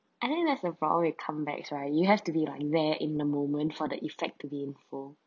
I think there's a problem with comebacks right you have to be like there in the moment for the effect to be in full